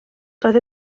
doedd